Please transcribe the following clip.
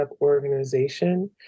organization